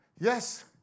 Yes